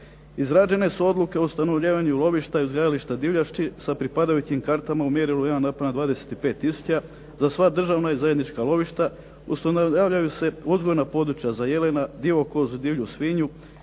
Izrađene su odluke o ustanovljavanju lovišta i uzgajališta divljači sa pripadajućih kartama u mjerilu 1:25 tisuća za sva državna i zajednička lovišta. Ustanovljavaju se uzgojna područja za jelena, divokozu, divlju svinju